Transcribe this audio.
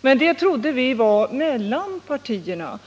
Men vi trodde att dessa utkämpades mellan partierna.